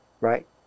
Right